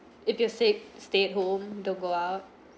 if you stay stay at home don't go out